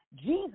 Jesus